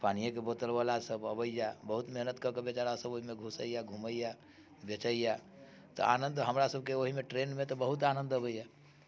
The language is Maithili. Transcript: पानियेके बोतल बला सभ अबैया बहुत मेहनत कऽकऽ बेचारा सभ ओहिमे घुसैया घुमैया बेचैया तऽ आनंद हमरा सभकेँ ओहिमे ट्रेनमे तऽ बहुत आनंद अबैया